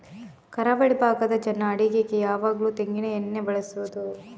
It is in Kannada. ಕರಾವಳಿ ಭಾಗದ ಜನ ಅಡಿಗೆಗೆ ಯಾವಾಗ್ಲೂ ತೆಂಗಿನ ಎಣ್ಣೆಯನ್ನೇ ಬಳಸುದು